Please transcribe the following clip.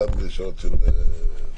גם בשעות של מליאה.